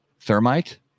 Thermite